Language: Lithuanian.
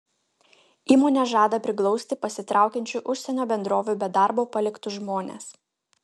įmonė žada priglausti pasitraukiančių užsienio bendrovių be darbo paliktus žmones